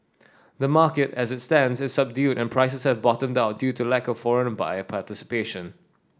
the market as it stands is subdued and prices have bottomed out due to the lack of foreign buyer participation